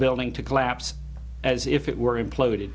building to collapse as if it were imploded